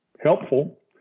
helpful